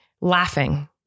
laughing